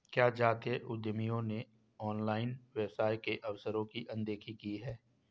क्या जातीय उद्यमियों ने ऑनलाइन व्यवसाय के अवसरों की अनदेखी की है?